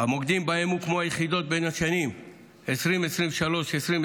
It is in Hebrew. שבהם הוקמו היחידות: בשנים 2023 2024